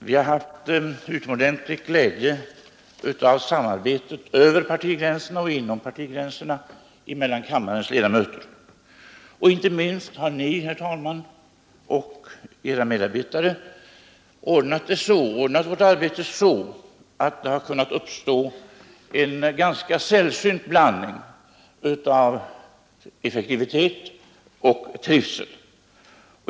Vi har haft utomordentligt stor glädje av samarbetet, över partigränserna och inom partigränserna, mellan kammarens ledamöter. Inte minst har Ni, herr talman, och Era medarbetare ordnat vårt arbete så att det har kunnat uppstå en ganska sällsynt blandning av effektivitet och trivsel.